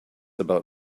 about